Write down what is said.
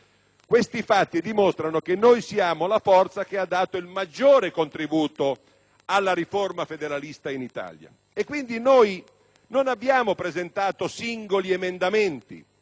attuazione) dimostrano che la nostra è la forza che ha dato il maggiore contributo alla riforma federalista in Italia. Quindi, non abbiamo presentato singoli emendamenti